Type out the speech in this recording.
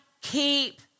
keep